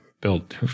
built